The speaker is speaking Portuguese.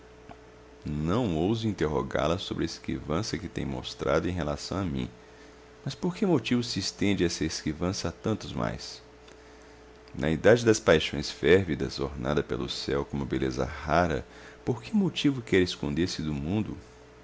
não ouso interrogá la sobre a esquivança que tem mostrado em relação a mim mas por que motivo se estende essa esquivança a tantos mais na idade das paixões férvidas ornada pelo céu com uma beleza rara por que motivo quer esconder-se ao mundo